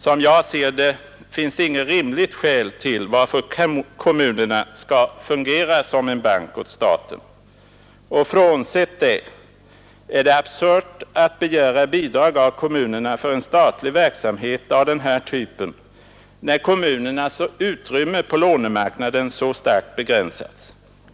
Som jag ser det finns det inget rimligt skäl till att kommunerna skall fungera som bank åt staten. Och frånsett det är det absurt att begära bidrag av kommunerna för en statlig verksamhet av denna typ, när kommunernas utrymme på lånemarknaden begränsats så starkt.